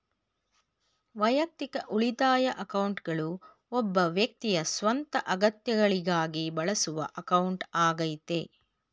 ವೈಯಕ್ತಿಕ ಉಳಿತಾಯ ಅಕೌಂಟ್ಗಳು ಒಬ್ಬ ವ್ಯಕ್ತಿಯ ಸ್ವಂತ ಅಗತ್ಯಗಳಿಗಾಗಿ ಬಳಸುವ ಅಕೌಂಟ್ ಆಗೈತೆ